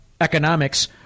economics